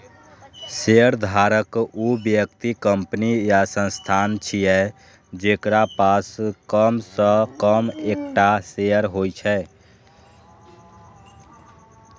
शेयरधारक ऊ व्यक्ति, कंपनी या संस्थान छियै, जेकरा पास कम सं कम एकटा शेयर होइ छै